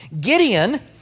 Gideon